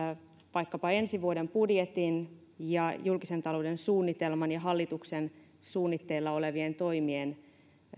vaikkapa ensi vuoden budjetin ja julkisen talouden suunnitelman ja hallituksen suunnitteilla olevien toimien